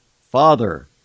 Father